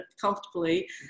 comfortably